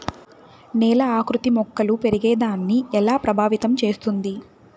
నేల ఆకృతి మొక్కలు పెరిగేదాన్ని ఎలా ప్రభావితం చేస్తుంది?